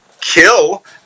kill